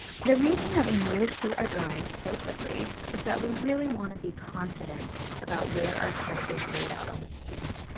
the reason that we move through our drawing so quickly is that we really want to be confident about where our sketch is laid out on the page.